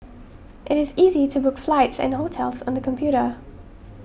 it is easy to book flights and hotels on the computer